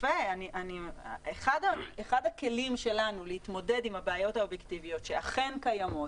אחד הכלים שלנו להתמודד עם הבעיות האובייקטיביות שאכן קיימות